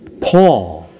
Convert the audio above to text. Paul